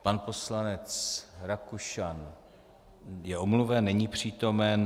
Pan poslanec Rakušan je omluven, není přítomen.